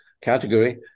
category